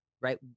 right